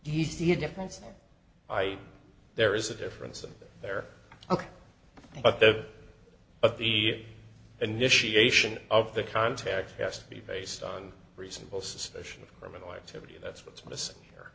the difference i there is a difference of there ok but that but the initiation of the contact has to be based on reasonable suspicion of criminal activity that's what's missing here